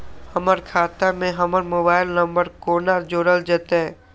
हमर खाता मे हमर मोबाइल नम्बर कोना जोरल जेतै?